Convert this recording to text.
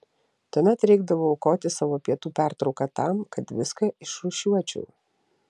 tuomet reikdavo aukoti savo pietų pertrauką tam kad viską išrūšiuočiau